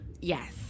Yes